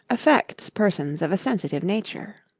affects persons of a sensitive nature.